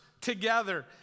together